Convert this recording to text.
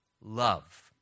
love